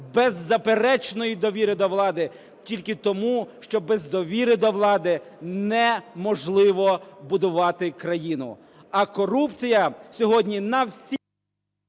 беззаперечної довіри до влади, тільки тому, що без довіри до влади не можливо будувати країну. А корупція сьогодні на всі…